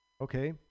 okay